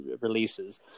releases